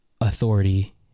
authority